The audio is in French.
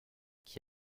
qui